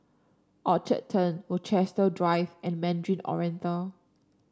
Orchard Turn Rochester Drive and Mandarin Oriental